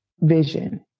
vision